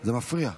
זה מפריע.